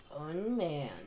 Unmanned